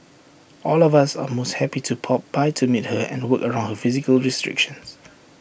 all of us are most happy to pop by to meet her and work around her physical restrictions